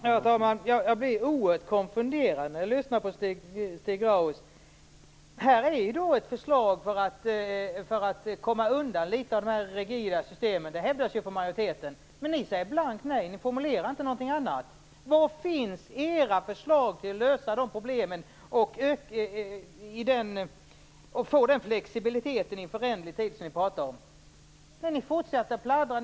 Herr talman! Jag blir oerhört konfunderad när jag lyssnar på Stig Grauers. Vi har här ett förslag för att komma undan litet av de rigida systemen. Det hävdas från majoriteten. Ni säger blankt nej. Ni formulerar inte något annat. Var finns era förslag till att lösa problemen och få den flexibilitet i en föränderlig tid, som ni pratar om? Ni fortsätter att pladdra.